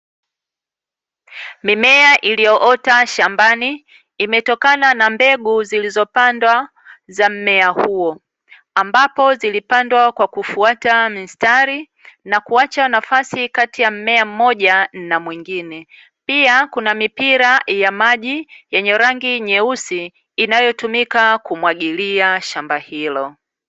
Mimea iliyoota shambani imetokana na mbegu zilizopandwa za mmea huo, ambapo zilipandwa kwa kufuata mistari na kuacha nafasi kati ya mmea mmoja na mwingine. Pia kuna mipira ya maji yenye rangi nyeusi, inayotumika kumwagilia shamba hilo.